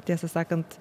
tiesą sakant